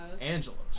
Angelo's